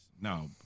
No